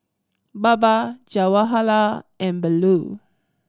Baba Jawaharlal and Bellur